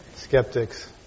Skeptics